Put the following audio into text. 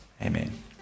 Amen